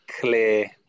clear